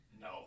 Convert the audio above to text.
No